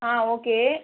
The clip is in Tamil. ஆ ஓகே